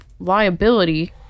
Liability